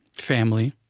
family.